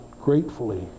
gratefully